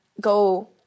go